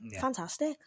Fantastic